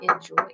Enjoy